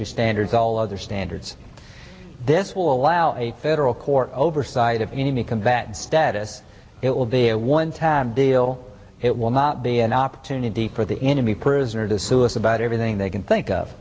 y standards all other standards this will allow a federal court oversight of enemy combatant status it will be a one time deal it will not be an opportunity for the enemy proof or to sue us about everything they can think of